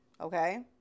Okay